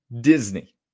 Disney